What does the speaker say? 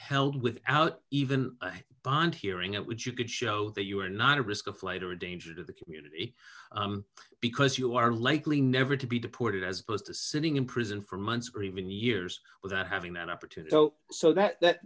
held without even bond hearing it would you could show that you are not a risk of flight or a danger to the community because you are likely never to be deported as opposed to sitting in prison for months or even years without having an opportunity so so that that